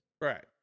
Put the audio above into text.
Right